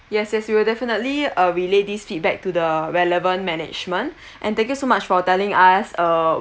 yes yes we will definitely uh relay this feedback to the relevant management and thank you so much for telling us uh